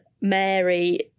Mary